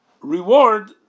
reward